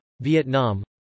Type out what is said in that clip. Vietnam